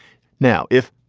now if